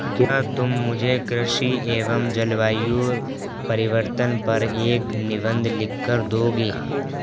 क्या तुम मुझे कृषि एवं जलवायु परिवर्तन पर एक निबंध लिखकर दोगे?